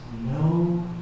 no